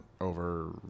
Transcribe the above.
over